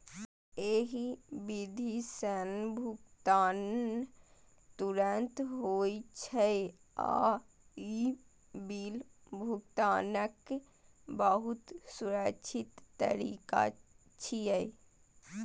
एहि विधि सं भुगतान तुरंत होइ छै आ ई बिल भुगतानक बहुत सुरक्षित तरीका छियै